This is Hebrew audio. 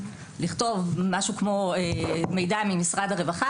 לכתוב משהו כמו מידע ממשרד הרווחה